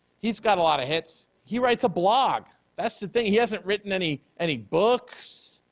he's got a lot of hits. he writes a blog. that's the thing, he hasn't written any any books,